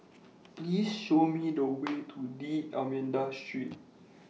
Please Show Me The Way to D'almeida Street